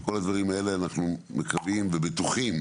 כל הדברים האלה, אנחנו מקווים ובטוחים